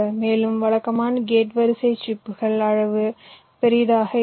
மேலும் வழக்கமான கேட் வரிசை சிப்புகள் அளவு பெரியதாக இருக்கும்